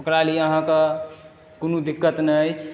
ओकरा लिए अहाँकेँ कोनो दिक्कत नहि अछि